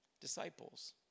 disciples